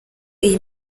iyi